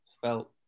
felt